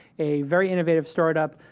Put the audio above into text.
a very innovative startup,